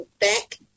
back